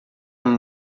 amb